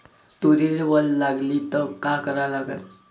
तुरीले वल लागली त का करा लागन?